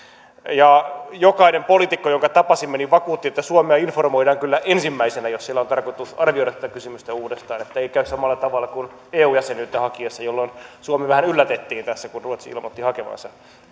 jokainen poliitikko jonka tapasimme vakuutti että suomea informoidaan kyllä ensimmäisenä jos siellä on tarkoitus arvioida tätä kysymystä uudestaan että ei käy samalla tavalla kuin eu jäsenyyttä hakiessa jolloin suomi vähän yllätettiin tässä kun ruotsi ilmoitti hakevansa